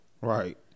Right